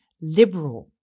liberal